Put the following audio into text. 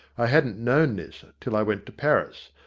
i hadn't known this till i went to paris,